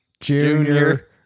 Junior